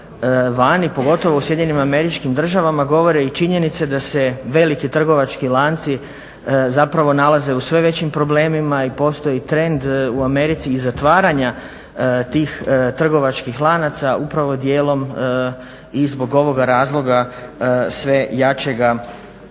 pogotovo u SAD govore i činjenice da se veliki trgovački lanci nalaze u sve većim problemima i postoji trend u Americi i zatvaranja tih trgovačkih lanaca upravo dijelom i zbog ovog razloga sve jačega rasta